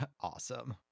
Awesome